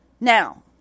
now